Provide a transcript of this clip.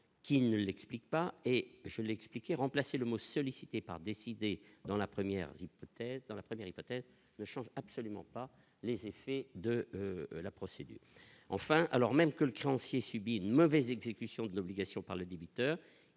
qui ne l'explique pas, et je l'expliquais remplacer le mot sollicité par décider dans la 1ère dans la prairie, peut-être ne change absolument pas les effets de la procédure, enfin, alors même que le créancier subit une mauvaise exécution de l'obligation par le débiteur,